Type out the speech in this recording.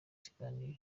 ikiganiro